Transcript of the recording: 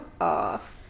off